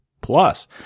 plus